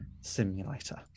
simulator